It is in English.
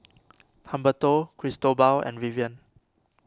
Humberto Cristobal and Vivian